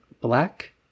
black